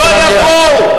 לא יבואו.